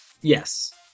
yes